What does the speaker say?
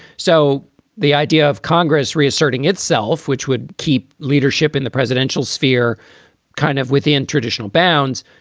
so the idea of congress reasserting itself, which would keep leadership in the presidential sphere kind of within traditional bounds,